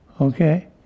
okay